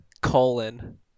colon